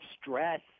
stress